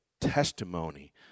testimony